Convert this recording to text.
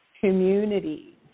community